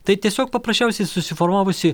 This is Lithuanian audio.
tai tiesiog paprasčiausiai susiformavusi